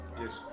Yes